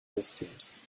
systems